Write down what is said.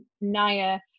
Naya